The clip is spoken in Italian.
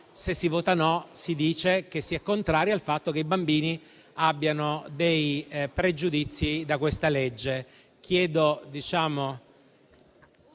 se si vota no, si dice che si è contrari al fatto che i bambini abbiano dei pregiudizi da questa legge.